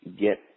get